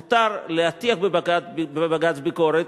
מותר להטיח בבג"ץ ביקורת,